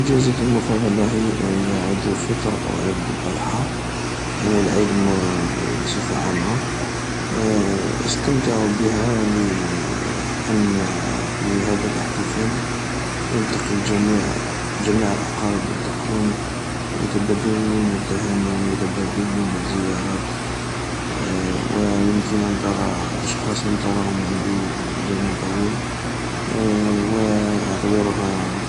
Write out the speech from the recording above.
اجازتي المفضلة هي عيد الفطر و عيد الأضحى اي العيد بصفة عامة، أستمتع بها لان في هذا الاحتفال يلتقي الجميع، جميع الأقارب يلتقون و يتبادلون التهاني و يتبادلون الزيارات و يمكن أن ترى اشخاص لم تراهم منذ زمن طويل، و اعتبرها